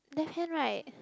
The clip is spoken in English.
left hand right